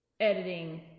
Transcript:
Editing